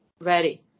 ready